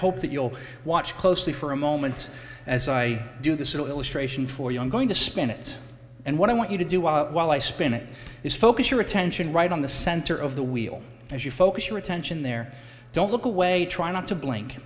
hope that you'll watch closely for a moment as i do this illustration for young going to spin it and what i want you to do while i spin it is focus your attention right on the center of the wheel as you focus your attention there don't look away trying not to blink